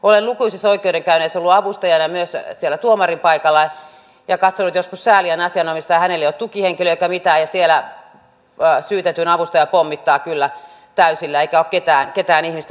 olen lukuisissa oikeudenkäynneissä ollut avustajana myös siellä tuomarin paikalla ja katsonut joskus säälien asianomistajaa hänellä ei ole tukihenkilöä eikä mitään siellä syytetyn avustaja pommittaa kyllä täysillä eikä ole ketään ihmistä